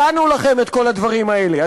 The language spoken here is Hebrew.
הצענו לכם את כל הדברים האלה,